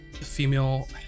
female